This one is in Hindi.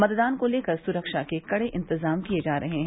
मतदान को लेकर सुरक्षा के कड़े इंतजाम किये जा रहे है